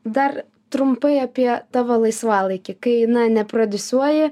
dar trumpai apie tavo laisvalaikį kai na neprodiusuoji